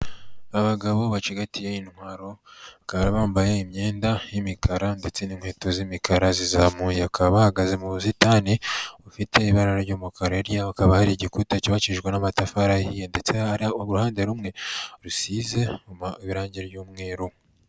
Abagabo bacigatiye intwaro bakaba bambaye imyenda y'imikara ndetse n'inkweto z'imikara zizamuye, bakaba bahagaze mu busitani bufite ibara ry'umukara. Hirya yaho hakaba hari igikuta cyubakijwe n'amatafari ahiye ndetse hari uruhande rumwe rusize irange ry'umweru.